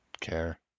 care